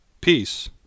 Peace